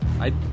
I-